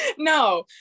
no